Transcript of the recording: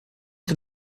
que